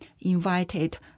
invited